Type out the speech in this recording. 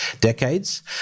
decades